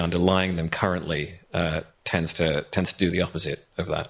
underlying them currently tends to tend to do the opposite of that